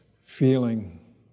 feeling